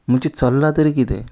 म्हणजे चल्ला तरी कितें